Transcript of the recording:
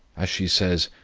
as she says,